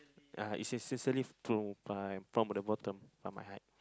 ya it's sincerely true from the bottom of my heart